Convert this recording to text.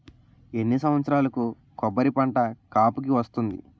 ఎన్ని సంవత్సరాలకు కొబ్బరి పంట కాపుకి వస్తుంది?